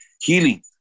healing